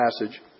passage